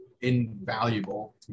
invaluable